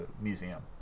museum